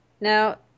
Now